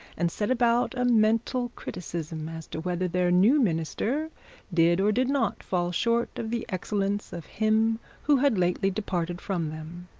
and set about a mental criticism as to whether their new minister did or did not fall short of the excellence of him who had lately departed from them.